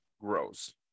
grows